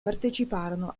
parteciparono